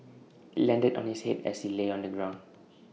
IT landed on his Head as he lay on the ground